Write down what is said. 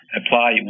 apply